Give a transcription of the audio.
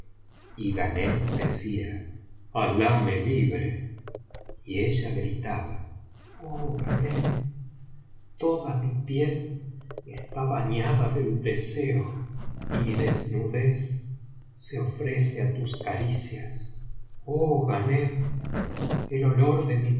y ghanem decía alah me libre y ella gritaba oh ghanem toda mi piel está bañada del deseo y mi desnudez se ofrece á tus caricias oh ghanem el olor de mi